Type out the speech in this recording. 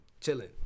chilling